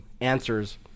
answers